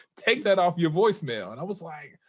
take that off your voicemail. and i was like,